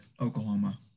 Oklahoma